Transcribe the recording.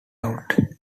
out